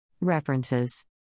References